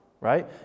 right